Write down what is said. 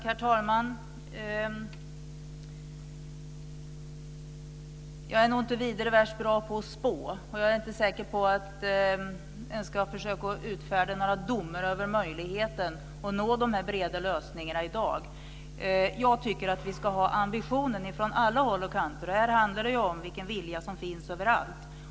Herr talman! Jag är nog inte vidare värst bra på att spå. Jag är inte säker på att jag i dag ska försöka utfärda några domar över möjligheten att nå de breda lösningarna. Jag tycker att vi ska ha ambitionen från alla håll och kanter. Här handlar det om vilken vilja som finns överallt.